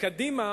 לקדימה